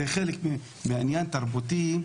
זה חלק מהעניין התרבותי,